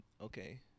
Okay